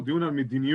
הוא דיון על מדיניות,